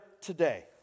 today